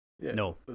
No